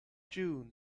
june